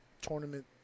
tournament